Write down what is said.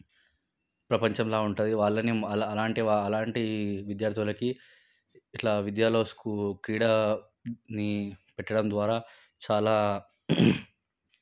ప్రపంచంలాగా ఉంటుంది వాళ్ళని అలాంటి అలాంటి విద్యార్థులకి ఇట్లా విద్యలో స్కూ క్రీడని పెట్టడం ద్వారా చాలా